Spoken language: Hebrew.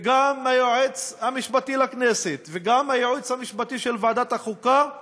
גם מהיועץ המשפטי לכנסת וגם מהיועץ המשפטי של ועדת החוקה,